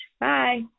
Bye